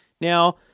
Now